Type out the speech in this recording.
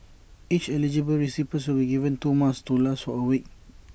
each eligible recipient will be given two masks to last or A week